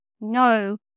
No